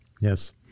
Yes